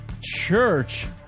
Church